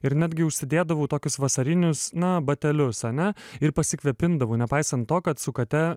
ir netgi užsidėdavau tokius vasarinius na batelius ane ir pasikvėpindavo nepaisant to kad su kate